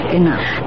enough